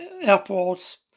airports